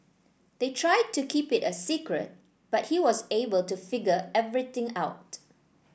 they tried to keep it a secret but he was able to figure everything out